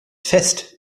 fest